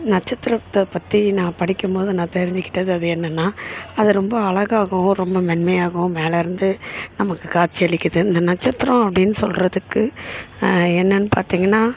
நட்சத்திரத்தை பற்றி நான் படிக்கும் போது நான் தெரிஞ்சுக்கிட்டது அது என்னென்னா அது ரொம்ப அழகாகவும் ரொம்ப மென்மையாகவும் மேலே இருந்து நமக்கு காட்சி அளிக்குது இந்த நட்சத்திரம் அப்படின்னு சொல்கிறதுக்கு என்னென்னு பார்த்திங்கன்னா